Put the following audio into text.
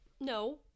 No